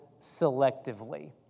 selectively